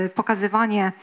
pokazywanie